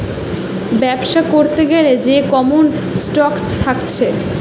বেবসা করতে গ্যালে যে কমন স্টক থাকছে